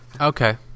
Okay